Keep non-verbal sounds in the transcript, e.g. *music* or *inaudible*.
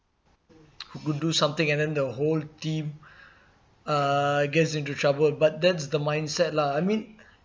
*noise* who could do something and then the whole team *breath* uh gets into trouble but that's the mindset lah I mean